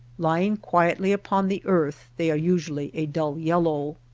lying quietly upon the earth they are usually a dull yellow.